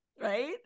right